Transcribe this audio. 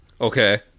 Okay